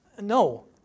No